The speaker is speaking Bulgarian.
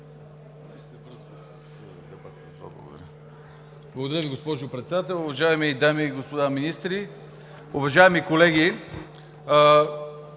Благодаря Ви, госпожо Председател. Уважаеми дами и господа министри, уважаеми колеги!